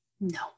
No